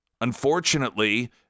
Unfortunately